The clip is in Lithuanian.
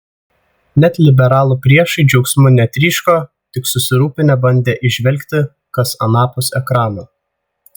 net liberalų priešai džiaugsmu netryško tik susirūpinę bandė įžvelgti kas anapus ekrano